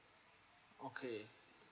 okay